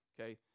okay